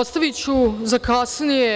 Ostaviću za kasnije